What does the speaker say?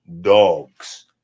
dogs